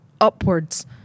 upwards